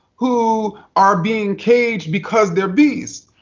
who are being caged because they are beasts.